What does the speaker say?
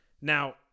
Now